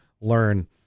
learn